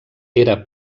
era